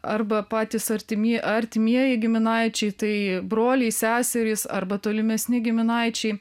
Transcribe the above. arba patys artimi artimieji giminaičiai tai broliai seserys arba tolimesni giminaičiai